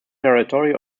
territory